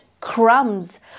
crumbs